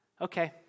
okay